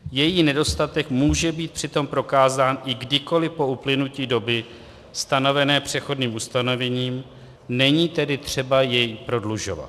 Její nedostatek může být přitom prokázán i kdykoli po uplynutí doby stanovené přechodným ustanovením, není tedy třeba jej prodlužovat.